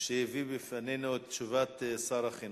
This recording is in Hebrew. שהביא בפנינו את תשובת שר החינוך.